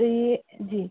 तो ये जी